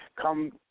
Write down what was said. come